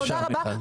תודה רבה.